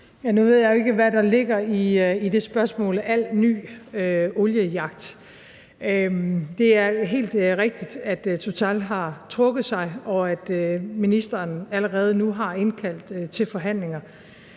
Nu ved jeg jo ikke, hvad der ligger i det spørgsmål: »al ny oliejagt«. Det er helt rigtigt, at Total har trukket sig, og at ministeren allerede nu har indkaldt til forhandlinger,